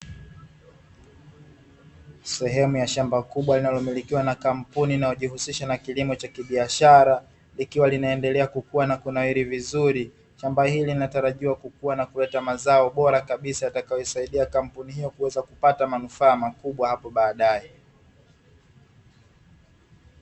Sehemu ya shamba kubwa linalomilikiwa na kampuni inayojihusisha na kilimo cha kibiashara, likiwa linaendelea kukua na kunawiri vizuri. Shamba hili linatarajiwa kukua na kuleta mazao bora kabisa yatakayoisaidia kampuni hiyo kuweza kupata manufaa makubwa hapo baadaye.